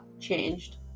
changed